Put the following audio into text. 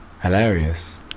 hilarious